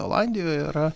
olandijoje yra